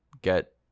get